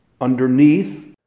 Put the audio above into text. Underneath